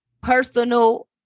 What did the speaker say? personal